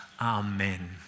Amen